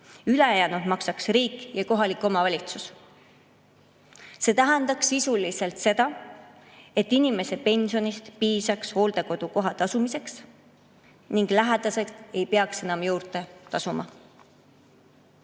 ülejäänud maksab riik ja kohalik omavalitsus. See tähendaks sisuliselt seda, et inimese pensionist piisaks hooldekodukoha eest tasumiseks ning lähedased ei peaks enam juurde tasuma.